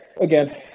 again